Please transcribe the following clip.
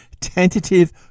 tentative